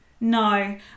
No